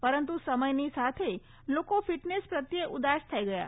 પરંતુ સમયની સાથે લોકો ફીટનેસ પ્રત્યે ઉદાસ થઇ ગયા